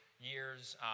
years